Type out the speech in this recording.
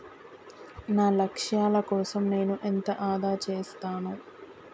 నా లక్ష్యాల కోసం నేను ఎంత ఆదా చేస్తాను?